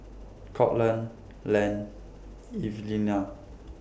Courtland Len Evelina